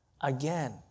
again